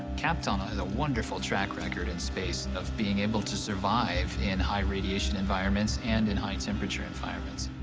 kapton has a wonderful track record in space of being able to survive in high-radiation environments and in high-temperature environments.